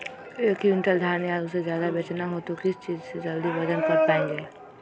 एक क्विंटल धान या उससे ज्यादा बेचना हो तो किस चीज से जल्दी वजन कर पायेंगे?